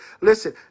listen